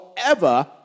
forever